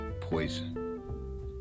poison